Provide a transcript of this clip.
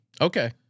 Okay